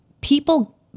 people